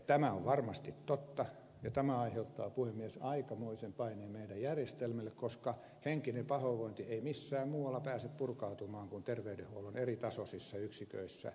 tämä on varmasti totta ja tämä aiheuttaa puhemies aikamoisen paineen meidän järjestelmälle koska henkinen pahoinvointi ei pääse purkautumaan missään muualla kuin terveydenhuollon eri tasoisissa yksiköissä